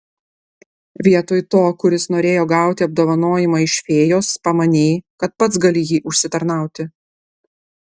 vietoj to kuris norėjo gauti apdovanojimą iš fėjos pamanei kad pats gali jį užsitarnauti